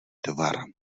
tvar